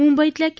मुंबईतल्या के